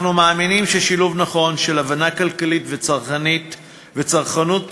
אנחנו מאמינים ששילוב נכון של הבנה כלכלית וצרכנות טובה,